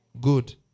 Good